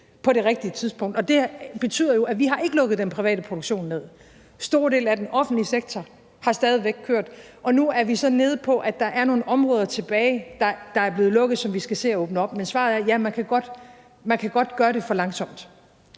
– det rigtige tidspunkt. Det betyder jo, at vi ikke har lukket den private produktion ned, og at en stor del af den offentlige sektor stadig væk har kørt, og nu er vi så nede på, at der er nogle områder tilbage, der er blevet lukket, og som vi skal se at få åbnet. Men svaret er: Ja, man kan godt gøre det for langsomt.